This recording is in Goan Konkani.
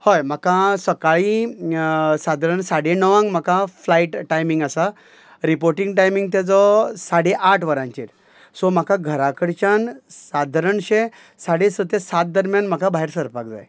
हय म्हाका सकाळीं सादारण साडे णवांक म्हाका फ्लायट टायमींग आसा रिपोर्टींग टायमींग तेजो साडे आट वरांचेर सो म्हाका घरा कडच्यान सादारणशें साडे स ते सात दरम्यान म्हाका भायर सरपाक जाय